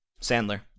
Sandler